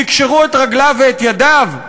תקשרו את רגליו ואת ידיו?